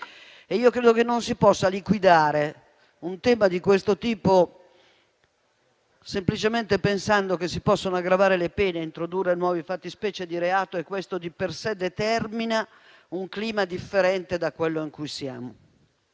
Credo che non si possa liquidare un tema di questo tipo semplicemente pensando che aggravare le pene e introdurre nuove fattispecie di reato di per sé determini un clima differente da quello in cui siamo.